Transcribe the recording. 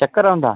चक्कर औंदा